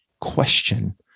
question